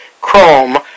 Chrome